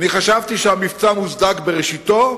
חשבתי שהמבצע מוצדק בראשיתו.